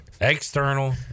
external